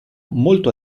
molto